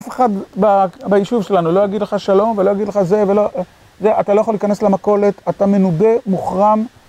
אף אחד ביישוב שלנו לא יגיד לך שלום, ולא יגיד לך זה ולא... אתה לא יכול להיכנס למכולת, אתה מנודה, מוחרם.